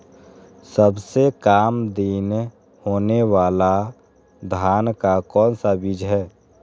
सबसे काम दिन होने वाला धान का कौन सा बीज हैँ?